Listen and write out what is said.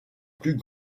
plus